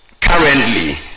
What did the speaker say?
currently